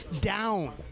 Down